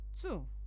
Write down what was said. two